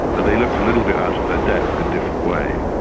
and they looked a little bit out of their depth in different ways.